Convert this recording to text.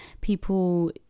people